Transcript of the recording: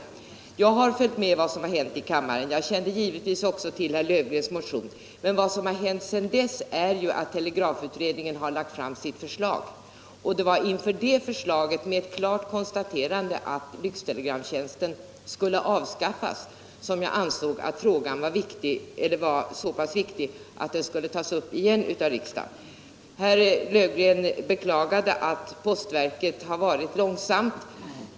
Eftersom jag följer med vad som sker här i riksdagen kände jag givetvis till herr Löfgrens motion. Men vad som hänt sedan dess är ju att telegrafutredningen har lagt fram sitt förslag, och det var inför det förslaget —- där man klart sade ut att lyxtelegramstjänsten skulle avskaffas — som jag ansåg denna fråga vara så pass viktig att den borde tas upp igen av riksdagen. Herr Löfgren beklagade att postverket arbetat långsamt.